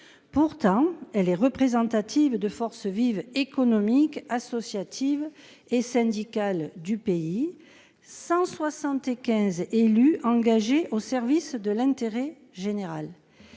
pourtant elle est représentative de forces vives économiques, associatives et syndicales du pays 175 élus engagés au service de l'intérêt général.